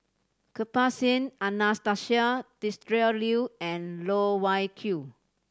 Kirpal Singh Anastasia Tjendri Liew and Loh Wai Kiew